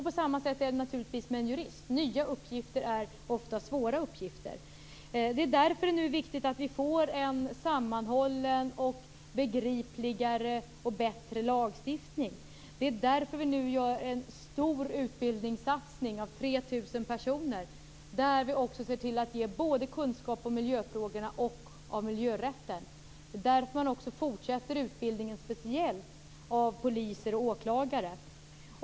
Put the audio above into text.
På samma sätt är det naturligtvis med en jurist. Nya uppgifter är ofta svåra uppgifter. Det är därför nu viktigt att vi får en sammanhållen och begripligare och bättre lagstiftning. Det är därför som vi nu gör en stor utbildningssatsning på 3 000 personer, där vi ger kunskap både om miljöfrågor och om miljörätten. Man fortsätter därför också utbildningen speciellt av poliser och åklagare.